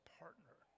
partner